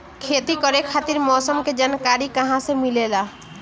खेती करे खातिर मौसम के जानकारी कहाँसे मिलेला?